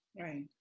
Right